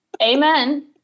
amen